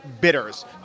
bitters